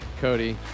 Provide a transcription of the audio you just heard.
Cody